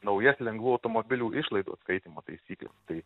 naujas lengvų automobilių išlaidų atskaitymo taisykles tai